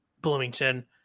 Bloomington